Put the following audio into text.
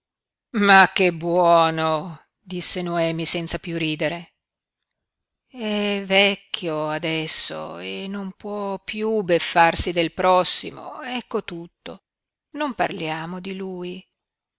ma che buono disse noemi senza piú ridere è vecchio adesso e non può piú beffarsi del prossimo ecco tutto non parliamo di lui